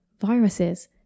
viruses